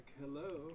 hello